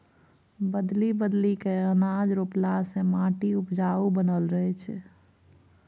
बदलि बदलि कय अनाज रोपला से माटि उपजाऊ बनल रहै छै